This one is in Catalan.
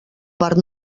part